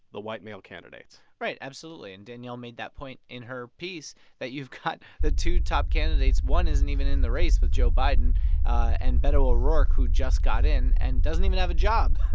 the white, male candidates right. absolutely. and danielle made that point in her piece that you've got the two top candidates one isn't even in the race, with joe biden and beto o'rourke, who just got in and doesn't even have a job,